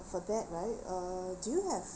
for that right uh do you have